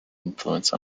influence